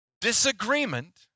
Disagreement